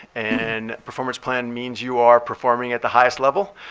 and performance plan means you are performing at the highest level.